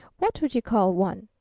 what would you call one?